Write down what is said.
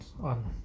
on